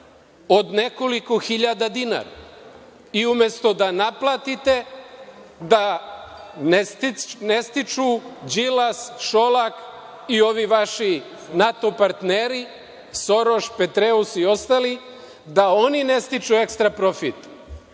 od nekoliko hiljada dinara i umesto da naplatite, da ne stiču Đilas, Šolak i ovi vaši NATO partneri Soroš, Petreus i ostali da oni ne stiču ekstra profit,